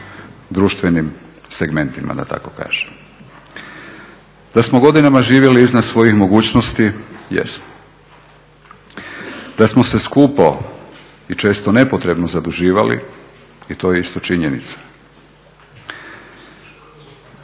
društvenim segmentima da tako kažem. Da smo godinama živjeli iznad svojih mogućnosti, jesmo. Da smo se skupo i često nepotrebno zaduživali i to je isto činjenica.